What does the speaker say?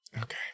Okay